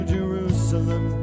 Jerusalem